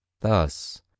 Thus